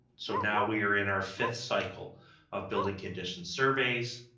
so now we are in our fifth cycle of building condition surveys,